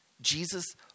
Jesus